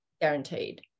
Guaranteed